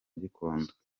gikondo